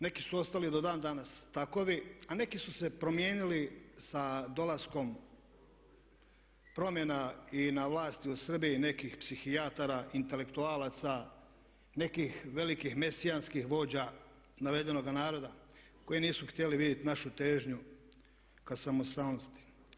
Neki su ostali do dan danas takovi, a neki su se promijenili sa dolaskom promjena i na vlasti u Srbiji nekih psihijatara, intelektualaca, nekih velikih mesijanskih vođa navedenoga naroda koji nisu htjeli vidjeti našu težnju ka samostalnosti.